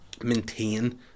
maintain